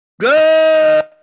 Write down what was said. Good